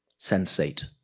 sensate,